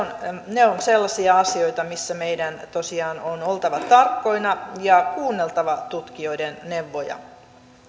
ne ovat sellaisia asioita missä meidän tosiaan on oltava tarkkoina ja kuunneltava tutkijoiden neuvoja